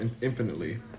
infinitely